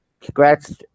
Congrats